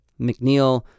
McNeil